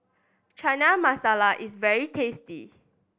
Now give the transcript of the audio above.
Chana Masala is very tasty